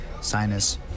sinus